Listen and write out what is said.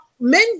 men